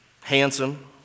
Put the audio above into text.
handsome